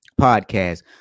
podcast